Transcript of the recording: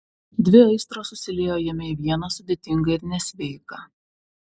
dvi aistros susiliejo jame į vieną sudėtingą ir nesveiką